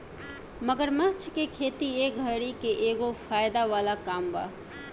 मगरमच्छ के खेती ए घड़ी के एगो फायदा वाला काम बा